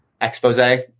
expose